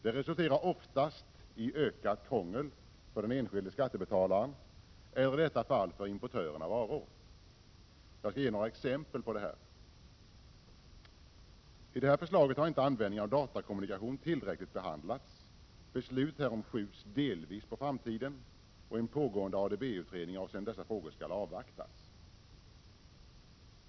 Det resulterar oftast i ökat krångel för den — Anoadocsenme enskilde skattebetalaren eller, i detta fall, för importören av varor. Jag skall Ny gulagsufning ge några exempel på detta. I detta förslag har inte användning av datakommunikation tillräckligt behandlats. Beslutet härom skjuts delvis på framtiden. En pågående ADB-utredning avseende dessa frågor skall avvaktas.